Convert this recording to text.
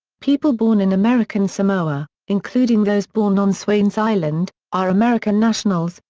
people born in american samoa including those born on swains island are american nationals,